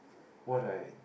what I